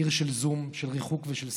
עיר של זום, של ריחוק ושל סגר.